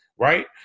right